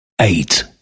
Eight